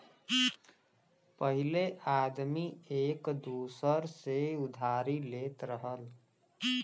पहिले आदमी एक दूसर से उधारी लेत रहल